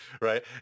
right